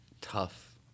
tough